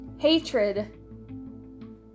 Hatred